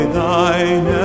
thine